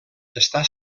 està